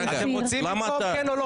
אתם רוצים במקום, כן או לא?